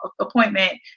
appointment